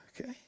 Okay